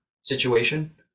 situation